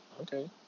okay